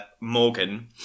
Morgan